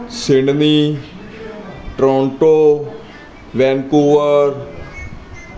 Sydney Toronto Vancouver